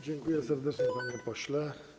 Dziękuję serdecznie, panie pośle.